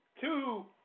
two